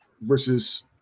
versus